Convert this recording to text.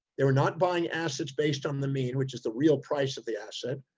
they were not buying assets based on the mean, which is the real price of the asset,